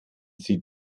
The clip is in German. sie